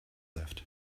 left